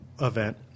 event